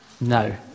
No